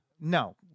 No